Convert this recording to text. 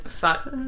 fuck